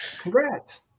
Congrats